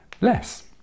less